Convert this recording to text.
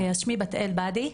שמי בת אל באדי.